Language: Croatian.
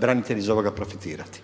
branitelji iz ovoga profitirati.